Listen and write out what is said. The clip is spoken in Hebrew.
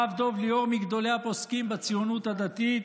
הרב דב ליאור, מגדולי הפוסקים בציונות הדתית,